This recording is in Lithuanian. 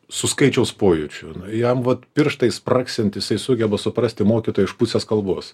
su skaičiaus pojūčiu jam vat pirštais spragsint jisai sugeba suprasti mokytoją iš pusės kalbos